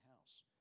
house